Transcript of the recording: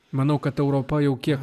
manau kad europa jau kiek